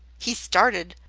he started,